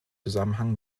zusammenhang